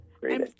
great